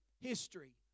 history